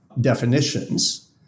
definitions